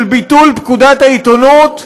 של ביטול פקודת העיתונות,